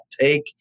Take